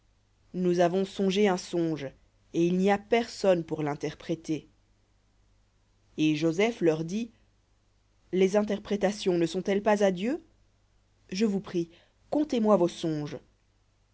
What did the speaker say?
nous avons songé un songe et il n'y a personne pour l'interpréter et joseph leur dit les interprétations ne sont-elles pas à dieu je vous prie contez-moi v